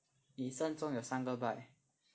你一生中有三个 bike